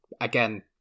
again